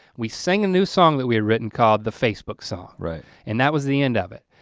we sing a new song that we had written called the facebook song. right? and that was the end of it.